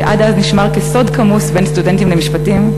שעד אז נשמר כסוד כמוס בין סטודנטים למשפטים,